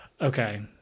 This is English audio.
Okay